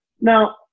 Now